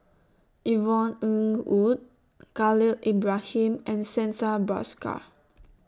Yvonne Ng Uhde Khalil Ibrahim and Santha Bhaskar